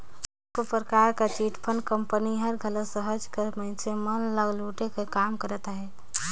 केतनो परकार कर चिटफंड कंपनी हर घलो सहज कर मइनसे मन ल लूटे कर काम करत अहे